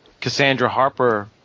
Cassandra-Harper